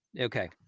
Okay